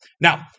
Now